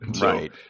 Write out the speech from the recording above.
Right